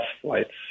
flights